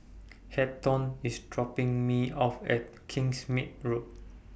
Hampton IS dropping Me off At Kingsmead Road